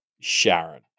Sharon